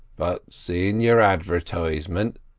but, seein' your advertisement,